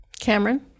Cameron